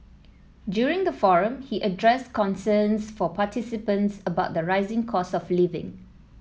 during the forum he addressed concerns from participants about the rising cost of living